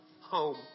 home